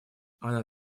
она